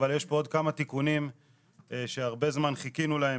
אבל יש פה עוד כמה תיקונים שהרבה זמן חיכינו להם.